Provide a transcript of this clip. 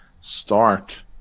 start